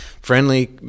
friendly